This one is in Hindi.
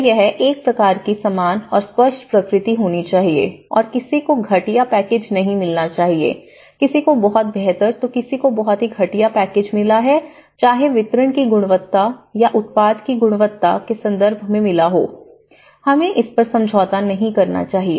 तो यह एक प्रकार की समान और स्पष्ट प्रकृति होनी चाहिए और किसी को घटिया पैकेज नहीं मिलना चाहिए किसी को बहुत बेहतर तो किसी को बहुत ही घटिया पैकेज मिला है चाहे वितरण की गुणवत्ता या उत्पाद की गुणवत्ता के संदर्भ में मिला हो हमें इस पर समझौता नहीं करना चाहिए